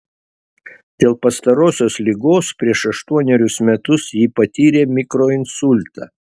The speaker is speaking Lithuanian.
dėl pastarosios ligos prieš aštuonerius metus ji patyrė mikroinsultą